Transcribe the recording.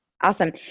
Awesome